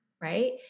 right